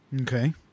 Okay